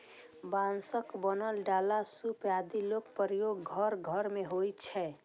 बांसक बनल डाला, सूप आदिक प्रयोग घर घर मे होइ छै